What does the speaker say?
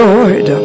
Lord